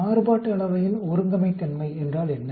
மாறுபாட்டு அளவையின் ஒருங்கமைத்தன்மை என்றால் என்ன